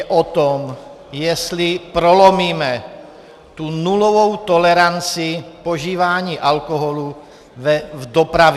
Je o tom, jestli prolomíme tu nulovou toleranci požívání alkoholu v dopravě.